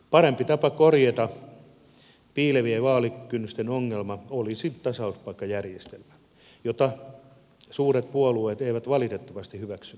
parempi tapa korjata piilevien vaalikynnysten ongelma olisi tasauspaikkajärjestelmä jota suuret puolueet eivät valitettavasti hyväksyneet